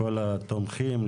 לכל התומכים,